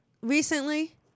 recently